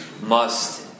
must-